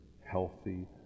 healthy